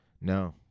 No